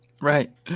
Right